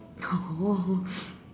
no